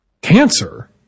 cancer